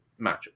matchup